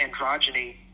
androgyny